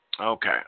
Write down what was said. okay